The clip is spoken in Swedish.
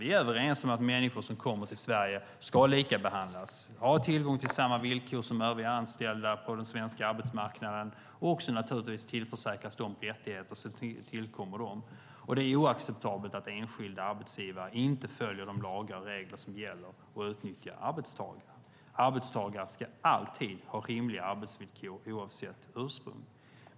Vi är överens om att människor som kommer till Sverige ska likabehandlas, ha tillgång till samma villkor som övriga anställda på den svenska arbetsmarknaden och naturligtvis tillförsäkras de rättigheter som tillkommer dem. Det är oacceptabelt att enskilda arbetsgivare inte följer de lagar och regler som gäller utan utnyttjar arbetstagare. Arbetstagaren ska alltid ha rimliga arbetsvillkor oavsett ursprung.